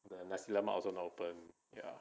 the nasi lemak also not open ya